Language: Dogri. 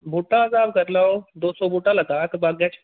बूह्टा स्हाब करी लैओ दो सौ बूह्टा लग्गा दा इक बागै च